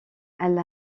elle